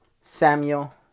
Samuel